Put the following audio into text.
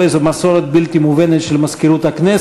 זו לא קפריזה שלי וזו לא איזו מסורת בלתי מובנת של מזכירות הכנסת,